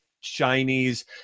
Chinese